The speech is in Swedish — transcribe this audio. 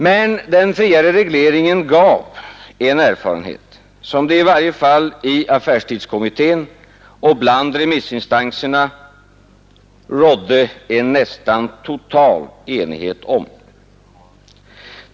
Men den friare regleringen gav en erfarenhet som det i varje fall i affärstidskommittén och bland remissinstanserna rådde en nästan total enighet om.